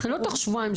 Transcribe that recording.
לא תוך שבועיים,